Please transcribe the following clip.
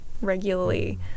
regularly